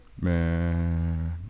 Man